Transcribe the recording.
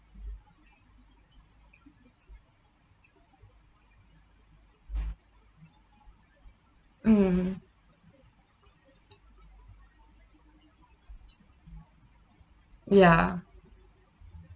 mm ya